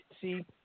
See